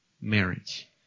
marriage